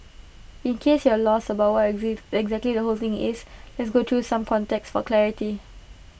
in case you're lost about what exactly the whole thing is let's go through some context for clarity